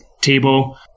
table